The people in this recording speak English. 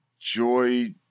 Joy